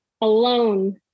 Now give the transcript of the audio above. alone